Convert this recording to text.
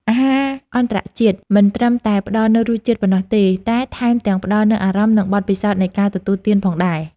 អាហារអន្តរជាតិមិនត្រឹមតែផ្ដល់នូវរសជាតិប៉ុណ្ណោះទេ តែថែមទាំងផ្ដល់នូវអារម្មណ៍ និងបទពិសោធន៍នៃការទទួលទានផងដែរ។